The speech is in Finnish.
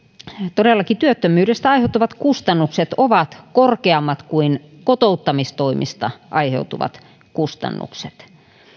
todellakin työttömyydestä aiheutuvat kustannukset ovat korkeammat kuin kotouttamistoimista aiheutuvat kustannukset